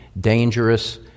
dangerous